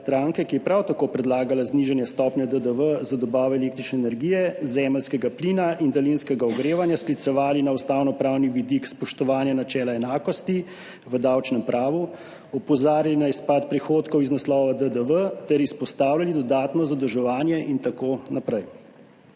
ki je prav tako predlagala znižanje stopnje DDV za dobavo električne energije, zemeljskega plina in daljinskega ogrevanja, sklicevali na ustavno pravni vidik spoštovanja načela enakosti 45. TRAK: (VP) 14.55 (nadaljevanje) v davčnem pravu opozarjali na izpad prihodkov iz naslova DDV ter izpostavljali dodatno zadolževanje in tako naprej.